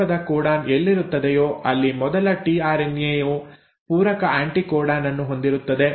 ಪ್ರಾರಂಭದ ಕೋಡಾನ್ ಎಲ್ಲಿರುತ್ತದೆಯೋ ಅಲ್ಲಿ ಮೊದಲ ಟಿಆರ್ಎನ್ಎ ಯು ಪೂರಕ ಆ್ಯಂಟಿಕೋಡಾನ್ ಅನ್ನು ಹೊಂದಿರುತ್ತದೆ